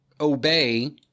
obey